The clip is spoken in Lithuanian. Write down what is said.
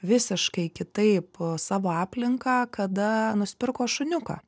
visiškai kitaip savo aplinką kada nusipirko šuniuką